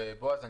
ובועז,